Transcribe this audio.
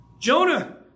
Jonah